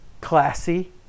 classy